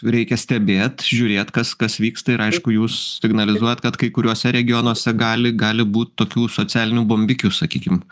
reikia stebėt žiūrėt kas kas vyksta ir aišku jūs signalizuojat kad kai kuriuose regionuose gali gali būt tokių socialinių bombikių sakykim